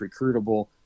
recruitable